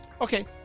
Okay